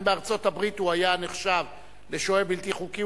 אם בארצות-הברית הוא היה נחשב לשוהה בלתי חוקי,